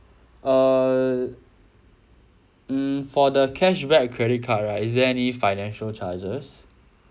err mm for the cashback credit card right is there any financial charges